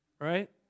right